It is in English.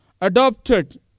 adopted